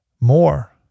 more